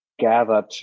Gathered